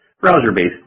browser-based